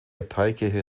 abteikirche